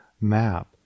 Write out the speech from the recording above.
map